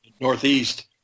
northeast